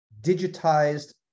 digitized